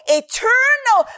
eternal